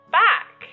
back